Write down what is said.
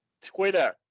Twitter